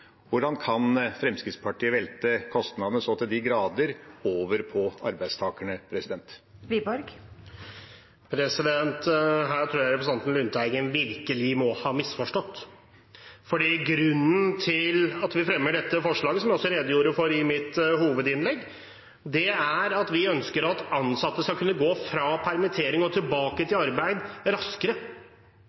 Hvordan kan Fremskrittspartiet velte kostnadene så til de grader over på arbeidstakerne? Her tror jeg representanten Lundteigen virkelig må ha misforstått. Grunnen til at vi fremmer dette forslaget, og som jeg også redegjorde for i mitt hovedinnlegg, er at vi ønsker at ansatte skal kunne gå fra permittering og tilbake til arbeid raskere.